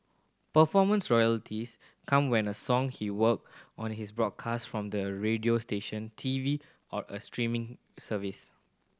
performance royalties come when a song he worked on is broadcast from the radio station T V or a streaming service